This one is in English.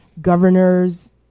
Governors